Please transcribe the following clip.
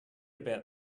about